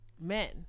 men